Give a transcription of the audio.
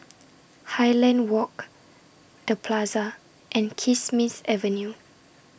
Highland Walk The Plaza and Kismis Avenue